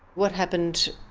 what happened,